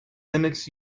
linux